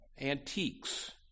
antiques